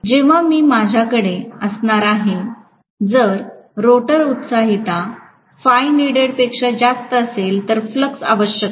जेव्हा कि माझ्याकडे असणार आहे जर रोटर उत्साहीता Φneeded पेक्षा जास्त असेलतर फ्लक्स आवश्यक आहे